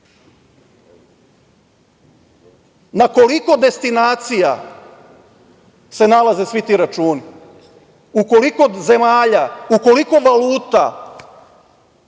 koliko destinacija se nalaze svi ti računi? U koliko zemalja, u koliko valuta